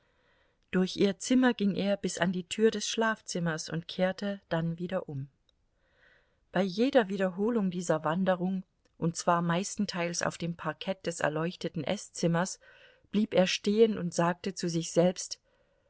durch ihr zimmer ging er bis an die tür des schlafzimmers und kehrte dann wieder um bei jeder wiederholung dieser wanderung und zwar meistenteils auf dem parkett des erleuchteten eßzimmers blieb er stehen und sagte zu sich selbst